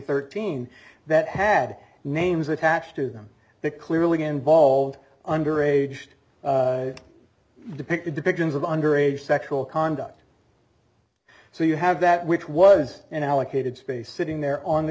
thirteen that had names attached to them that clearly involved under aged depicted depictions of underage sexual conduct so you have that which was an allocated space sitting there on the